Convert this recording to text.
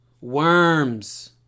Worms